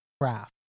craft